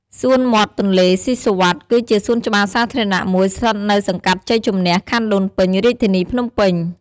សួនមាត់ទន្លេស៊ីសុវត្ថិ គឺជាសួនច្បារសាធារណៈមួយស្ថិតនៅសង្កាត់ជ័យជំនះ ខណ្ឌដូនពេញ រាជធានីភ្នំពេញ។